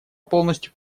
полностью